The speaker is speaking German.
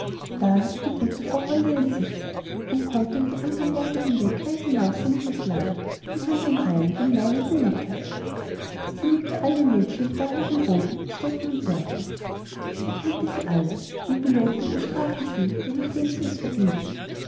da hatte die gute frau holle ihren sitz und konnte über die andern berge hinweg weit hinaussehen in das land bis an den rhein den main und den neckar sie liebte alle menschen die da herum wohnten in städten und dörfern sie kannte sie alle und belohnte und bestrafte sie je nachdem sie es verdienten